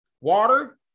Water